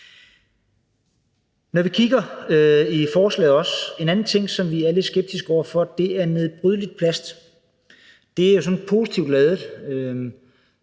anden ting i forslaget, som vi er lidt skeptiske over for, og det er nedbrydeligt plast. Det er jo sådan positivt ladet,